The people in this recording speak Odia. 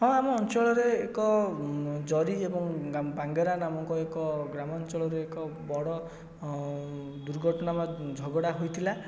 ହଁ ଆମ ଅଞ୍ଚଳରେଏକ ଜରି ଏବଂ ବାଙ୍ଗରା ନାମକ ଏକ ଗ୍ରାମାଞ୍ଚଳରେ ଏକ ବଡ଼ ଦୁର୍ଘଟଣା ବା ଝଗଡ଼ା ହୋଇଥିଲା